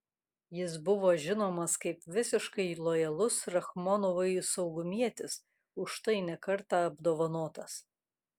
jis buvo žinomas kaip visiškai lojalus rachmonovui saugumietis už tai ne kartą apdovanotas